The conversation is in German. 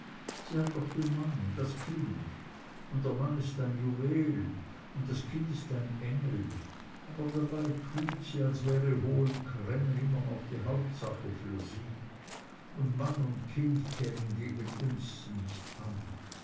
sie hat doch den mann und das kind und der mann ist ein juwel und das kind ist ein engel aber dabei tut sie als wäre hohen cremmen immer noch die hauptsache für sie und mann und kind kämen gegen uns beide nicht an